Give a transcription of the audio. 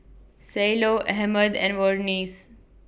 Cielo Ahmed and Vernice